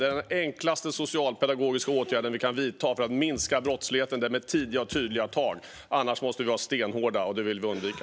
Den enklaste socialpedagogiska åtgärden vi kan vidta för att minska brottsligheten är tidiga och tydliga tag. Annars måste vi vara stenhårda, och det vill vi undvika.